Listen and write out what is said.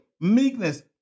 meekness